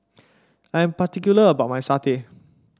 I'm particular about my satay